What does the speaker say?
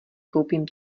koupím